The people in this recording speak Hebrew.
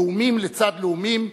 לאומים לצד לאומים,